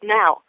now